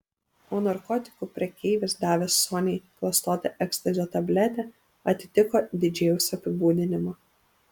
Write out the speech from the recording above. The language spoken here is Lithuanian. o narkotikų prekeivis davęs soniai klastotą ekstazio tabletę atitiko didžėjaus apibūdinimą